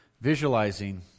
visualizing